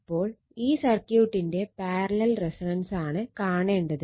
അപ്പോൾ ഈ സർക്യൂട്ടിന്റെ പാരലൽ റെസൊണൻസാണ് കാണേണ്ടത്